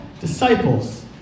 disciples